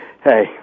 Hey